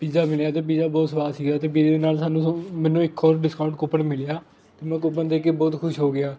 pizza ਮਿਲਿਆ ਅਤੇ pizza ਬਹੁਤ ਸਵਾਦ ਸੀਗਾ ਅਤੇ ਪੀਜ਼ੇ ਦੇ ਨਾਲ ਸਾਨੂੰ ਮੈਨੂੰ ਇੱਕ ਹੋਰ ਡਿਸਕਾਊਂਟ ਕੂਪਨ ਮਿਲਿਆ ਅਤੇ ਮੈਂ ਕੂਪਨ ਦੇਖ ਕੇ ਬਹੁਤ ਖੁਸ਼ ਹੋ ਗਿਆ